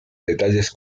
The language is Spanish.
detalles